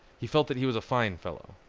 he felt that he was a fine fellow.